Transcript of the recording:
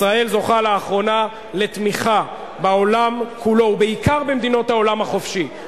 ישראל זוכה לאחרונה לתמיכה בעולם כולו ובעיקר במדינות העולם החופשי.